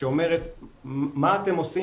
שאומרת - מה אתם עושים,